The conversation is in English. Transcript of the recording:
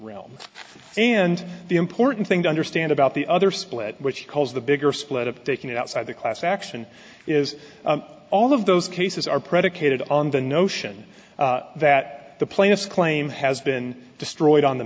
realm and the important thing to understand about the other split which caused the bigger split up taking it outside the class action is all of those cases are predicated on the notion that the plaintiffs claim has been destroyed on the